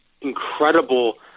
incredible